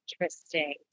Interesting